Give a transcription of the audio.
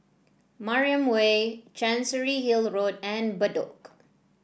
Mariam Way Chancery Hill Road and Bedok